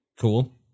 cool